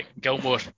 Gilmore